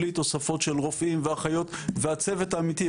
בלי תוספות של רופאים ואחיות והצוות האמיתי,